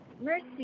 Mercy